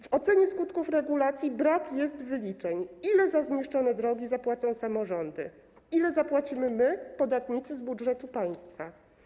W ocenie skutków regulacji brak jest wyliczeń, ile za zniszczone drogi zapłacą samorządy, ile zapłacimy my, podatnicy, z budżetu państwa.